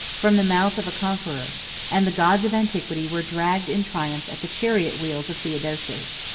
from the mouth of a conqueror and the gods of antiquity were dragged in triumph at the chariot-wheels of theodosius.